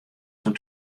fan